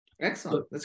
Excellent